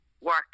work